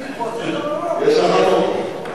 אני היחיד פה, אז יש לנו רוב.